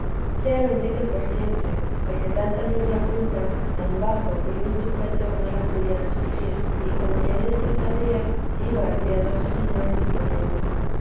sea bendito por siempre porque tanta gloria junta tan bajo y ruin sujeto no la pudiera sufrir y como quien esto sabía iba el piadoso señor disponiendo